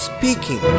Speaking